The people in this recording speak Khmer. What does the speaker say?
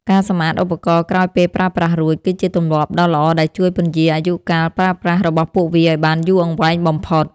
ការសម្អាតឧបករណ៍ក្រោយពេលប្រើប្រាស់រួច គឺជាទម្លាប់ដ៏ល្អដែលជួយពន្យារអាយុកាលប្រើប្រាស់របស់ពួកវាឱ្យបានយូរអង្វែងបំផុត។